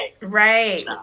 Right